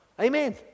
Amen